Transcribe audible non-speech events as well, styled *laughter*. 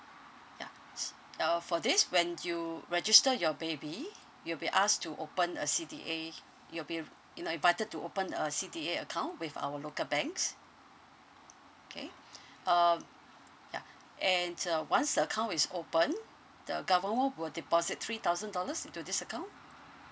ya s~ uh for this when you register your baby you'll be asked to open a C_D_A you'll be you know invited to open a C_D_A account with our local banks okay *breath* um ya and uh once the account is opened the government will deposit three thousand dollars into this account